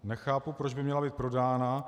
Nechápu, proč by měla být prodána.